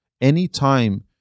anytime